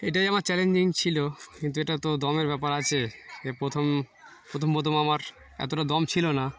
এটাই আমার চ্যালেঞ্জিং ছিল কিন্তু এটা তো দমের ব্যাপার আছে যে প্রথম প্রথম প্রথম আমার এতোটা দম ছিল না